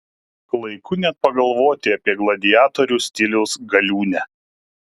klaiku net pagalvoti apie gladiatorių stiliaus galiūnę